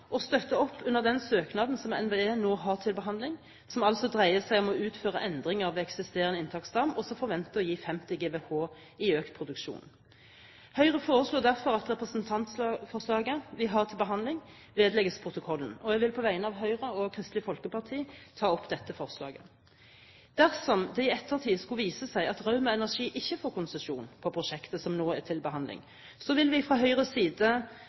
den søknaden som NVE nå har til behandling, som altså dreier seg om å utføre endringer ved eksisterende inntaksdam, og som forventes å gi 50 GWh i økt produksjon. Høyre foreslår derfor at representantforslaget vi har til behandling, vedlegges protokollen, og jeg vil på vegne av Høyre og Kristelig Folkeparti ta opp dette forslaget. Dersom det i ettertid skulle vise seg at Rauma Energi ikke får konsesjon på prosjektet som nå er til behandling, vil vi fra Høyres side